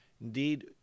Indeed